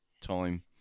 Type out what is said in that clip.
time